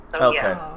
Okay